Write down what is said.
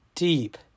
deep